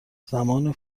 زمان